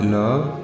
love